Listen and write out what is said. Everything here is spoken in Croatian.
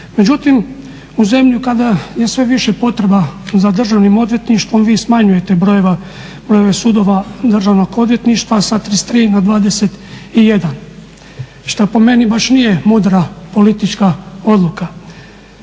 Međutim, u zemlji kada je sve više potreba za državnim odvjetništvom vi smanjujete brojeve sudova državnog odvjetništva sa 33 na 21 šta po meni baš nije mudra politička odluka.